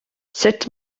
sut